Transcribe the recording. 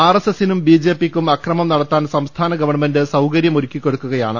R എസ് എസിനും ബിജെപിക്കും അക്രമം നടത്താൻ സംസ്ഥാന ഗവൺമെന്റ് സൌകര്യമൊരുക്കിക്കൊടുക്കുകയാണ്